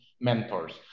mentors